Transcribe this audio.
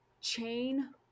Chain